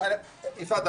יפעת,